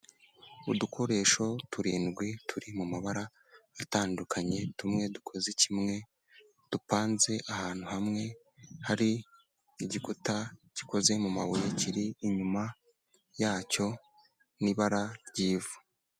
Udukoresho turindwi turi mu mabara atandukanye, tumwe dukoze kimwe dupanze ahantu hamwe, hari igikuta gikoze mu mabuye kiri inyuma yacyo mu ibara ry'ivu.